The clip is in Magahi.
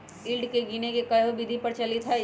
यील्ड के गीनेए के कयहो विधि प्रचलित हइ